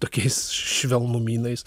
tokiais švelnumynais